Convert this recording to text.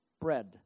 bread